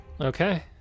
Okay